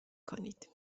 کنید